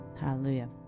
Hallelujah